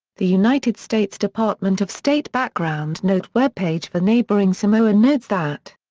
the united states department of state background note web page for neighboring samoa notes that